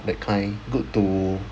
that kind good to